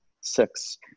six